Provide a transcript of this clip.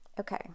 Okay